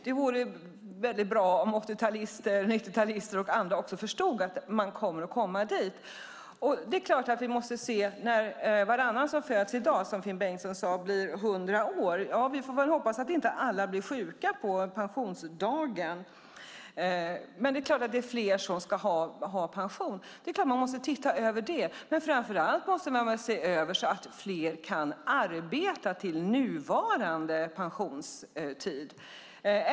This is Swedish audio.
Det vore väldigt bra om 80-talister, 90-talister och andra också förstod att man kommer att komma dit. Finn Bengtsson sade att varannan som föds i dag blir 100 år. Vi får väl hoppas att inte alla blir sjuka på pensionsdagen, men det är klart att det är fler som ska ha pension. Det är klart att man måste titta över det. Men framför allt måste man väl se till att fler kan arbeta till nuvarande pensionstid.